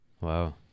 Wow